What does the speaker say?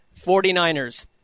49ers